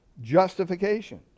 justification